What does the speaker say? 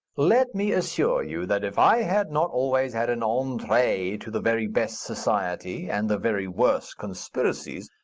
let me assure you that if i had not always had an entree to the very best society, and the very worst conspiracies,